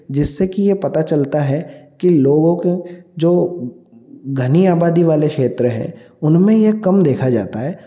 जिससे कि ये पता चलता है कि लोगों को जो घनी आबादी वाले क्षेत्र हैं उनमें यह कम देखा जाता है